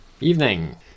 Evening